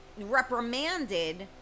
reprimanded